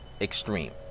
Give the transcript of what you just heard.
extreme